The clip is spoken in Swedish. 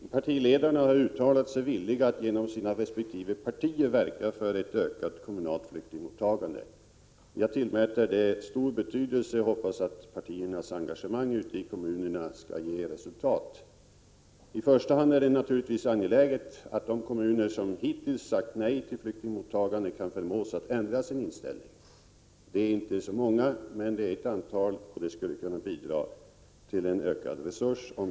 Herr talman! Partiledarna har uttalat sig villiga att genom sina resp. partier verka för ett ökat kommunalt flyktingmottagande. Jag tillmäter det stor betydelse och hoppas att partiernas engagemang ute i kommunerna skall ge resultat. I första hand är det naturligtvis angeläget att de kommuner som hittills sagt nej till flyktingmottagande kan förmås att ändra sin inställning. De är inte särskilt många. Men det rör sig ändå om ett antal kommuner. Om dessa sade ja, skulle det innebära ökade resurser.